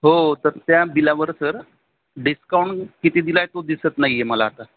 हो तर त्या बिलावर सर डिस्काऊंट किती दिला आहे तो दिसत नाही आहे मला आता